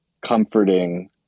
comforting